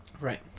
Right